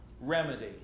remedy